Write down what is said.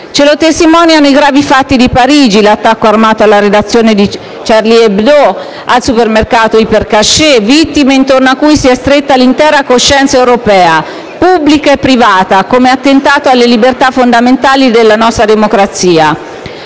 Ce lo testimoniano i gravi fatti di Parigi, l'attacco armato alla redazione di «Charlie Hebdo» e al supermercato Hyper Cacher, intorno alle cui vittime si è stretta l'intera coscienza europea, pubblica e privata, trattandosi di un attentato alle libertà fondamentali della nostra democrazia.